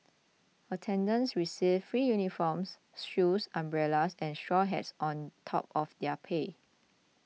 attendants received free uniforms shoes umbrellas and straw hats on top of their pay